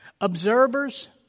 Observers